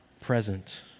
present